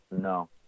no